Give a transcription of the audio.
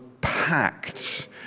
packed